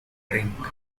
drink